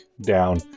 down